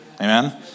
Amen